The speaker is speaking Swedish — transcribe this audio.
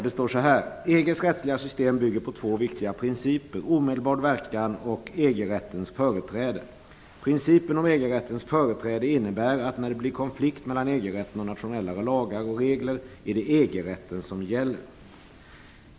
EG:s rättsliga system bygger på två viktiga principer: omedelbar verkan och EG-rättens företräde. Principen om EG rättens företräde innebär att när det blir konflikt mellan EG-rätten och nationella lagar och regler är det EG-rätten som gäller.